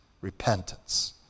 repentance